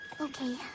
okay